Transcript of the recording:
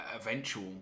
eventual